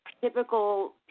typical